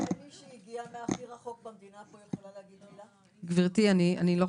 ואני יושבת-ראש קהילת המיוחדים של יש עתיד גילוי נאות.